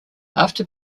after